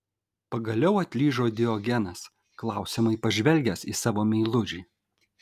pagaliau atlyžo diogenas klausiamai pažvelgęs į savo meilužį